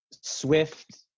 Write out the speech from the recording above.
swift